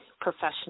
professional